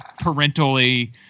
parentally